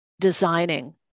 designing